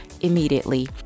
immediately